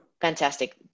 Fantastic